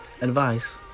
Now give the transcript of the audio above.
advice